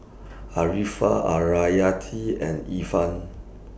Arifa and Irfan